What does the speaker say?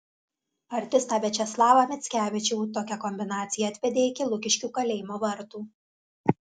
artistą viačeslavą mickevičių tokia kombinacija atvedė iki lukiškių kalėjimo vartų